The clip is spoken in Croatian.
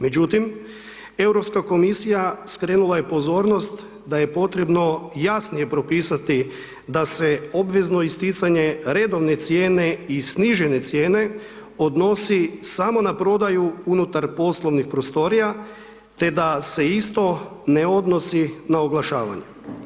Međutim, Europska komisija, skrenula je pozornost, da je potrebno jasnije propisati, da se obvezno isticanje redovne cijene, i snižene cijene odnosi samo na prodaju unutar poslovnih prostorija, te da se isto ne odnosi na oglašavanje.